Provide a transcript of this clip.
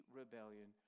rebellion